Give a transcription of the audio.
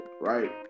right